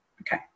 Okay